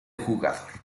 jugador